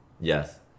Yes